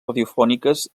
radiofòniques